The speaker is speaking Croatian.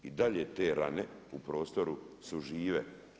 I dalje te rane u prostoru su žive.